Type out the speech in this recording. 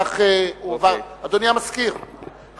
אדוני המזכיר,